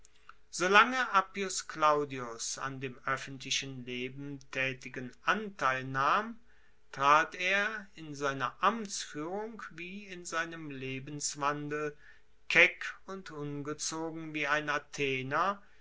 solange appius claudius an dem oeffentlichen leben taetigen anteil nahm trat er in seiner amtsfuehrung wie in seinem lebenswandel keck und ungezogen wie ein